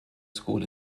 school